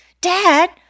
Dad